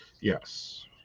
yes